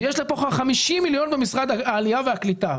יש לך פה 50 מיליון במשרד העלייה והקליטה.